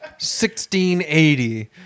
1680